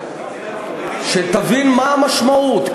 שתבין מה המשמעות.